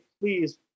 Please